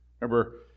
Remember